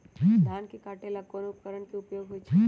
धान के काटे का ला कोंन उपकरण के उपयोग होइ छइ?